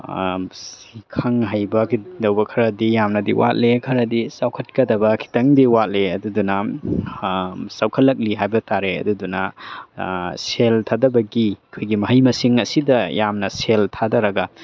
ꯈꯪ ꯍꯩꯕ ꯀꯩꯗꯧꯕ ꯈꯔꯗꯤ ꯌꯥꯝꯅꯗꯤ ꯋꯥꯠꯂꯦ ꯈꯔꯗꯤ ꯆꯥꯎꯈꯠꯀꯗꯕ ꯈꯤꯇꯪꯗꯤ ꯋꯥꯠꯂꯦ ꯑꯗꯨꯗꯨꯅ ꯆꯥꯎꯈꯠꯂꯛꯂꯤ ꯍꯥꯏꯕ ꯇꯥꯔꯦ ꯑꯗꯨꯗꯨꯅ ꯁꯦꯜ ꯊꯥꯗꯕꯒꯤ ꯑꯩꯈꯣꯏꯒꯤ ꯃꯍꯩ ꯃꯁꯤꯡ ꯑꯁꯤꯗ ꯌꯥꯝꯅ ꯁꯦꯜ ꯊꯥꯗꯔꯒ